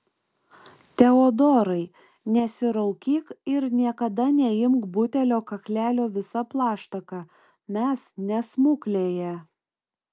teodorai nesiraukyk ir niekada neimk butelio kaklelio visa plaštaka mes ne smuklėje